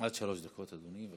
עד שלוש דקות, בבקשה.